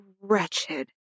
wretched